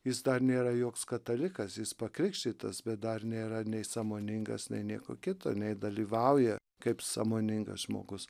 jis dar nėra joks katalikas jis pakrikštytas bet dar nėra nei sąmoningas nei nieko kito nei dalyvauja kaip sąmoningas žmogus